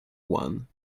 one